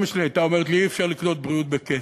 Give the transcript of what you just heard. אימא שלי הייתה אומרת לי: אי-אפשר לקנות בריאות בכסף.